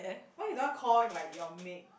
why you don't want call him like your maid